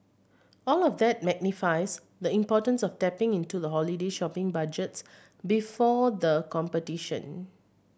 all of that magnifies the importance of tapping into the holiday shopping budgets before the competition